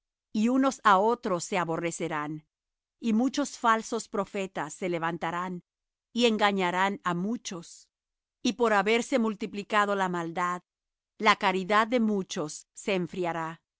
y unos á otros se aborrecerán y muchos falsos profetas se levantarán y engañarán á muchos y por haberse multiplicado la maldad la caridad de muchos se resfriará